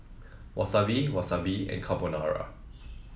Wasabi Wasabi and Carbonara